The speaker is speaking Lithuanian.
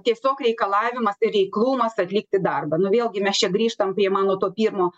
tiesiog reikalavimas ir reiklumas atlikti darbą nu vėlgi mes čia grįžtam prie mano to pirmo